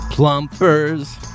Plumpers